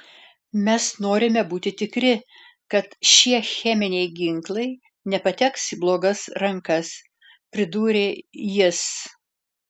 mes norime būti tikri kad šie cheminiai ginklai nepateks į blogas rankas pridūrė jis